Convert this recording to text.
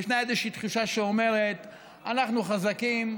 ישנה איזושהי תחושה שאומרת: אנחנו חזקים,